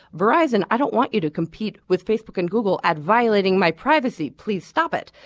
verizon? and i don't want you to compete with facebook and google at violating my privacy. please stop it.